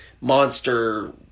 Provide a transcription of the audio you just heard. monster